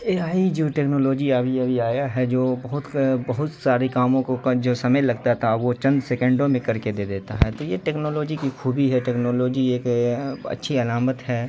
اے I جو technology ابھی ابھی آیا ہے جو بہت بہت سارے کاموں کو کل جو سمے لگتا تھا وہ چند سیکنڈوں میں کر کے دے دیتا ہے تو یہ ٹیکنالوجی کی خوبی ہے ٹیکنالوجی ایک اچھی علامت ہے